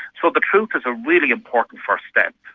so the truth is a really important first step,